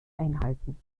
einhalten